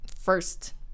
first